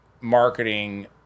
marketing